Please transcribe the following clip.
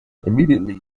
immediately